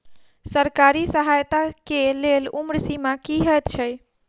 सरकारी सहायता केँ लेल उम्र सीमा की हएत छई?